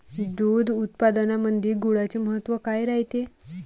दूध उत्पादनामंदी गुळाचे महत्व काय रायते?